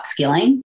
upskilling